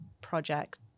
project